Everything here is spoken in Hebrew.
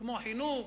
כמו חינוך,